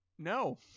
No